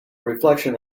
reflection